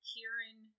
Kieran